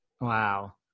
Wow